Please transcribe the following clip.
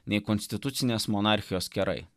nei konstitucinės monarchijos kerai